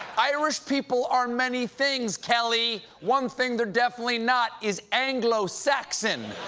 irish people are many things, kelly. one thing they are definitely not is anglo saxons.